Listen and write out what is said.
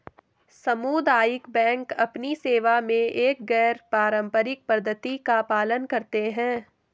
सामुदायिक बैंक अपनी सेवा में एक गैर पारंपरिक पद्धति का पालन करते हैं